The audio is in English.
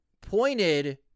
pointed